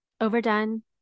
overdone